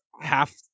half